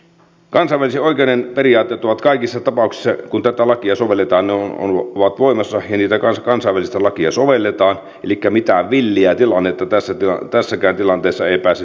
kansainvälisen oikeuden periaatteet ovat kaikissa tapauksissa kun tätä lakia sovelletaan voimassa ja kansainvälistä lakia sovelletaan elikkä mitään villiä tilannetta tässäkään tilanteessa ei pääse syntymään